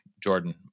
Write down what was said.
Jordan